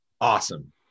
Awesome